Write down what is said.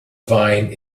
vine